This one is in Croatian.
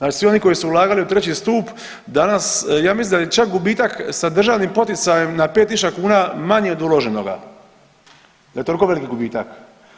Dakle, svi oni koji su ulagali u treći stup danas ja mislim da je čak gubitak za državnim poticajem na 5.000 kuna manji od uloženoga, da je toliko veliki gubitak.